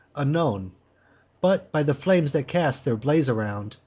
unknown but, by the flames that cast their blaze around,